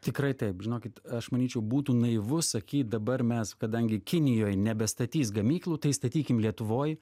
tikrai taip žinokit aš manyčiau būtų naivu sakyt dabar mes kadangi kinijoj nebestatys gamyklų tai statykim lietuvoj